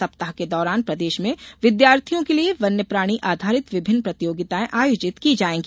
सप्ताह के दौरान प्रदेश में विद्यार्थियों के लिये वन्य प्राणी आधारित विभिन्न प्रतियोगिताएँ आयोजित की जायेंगी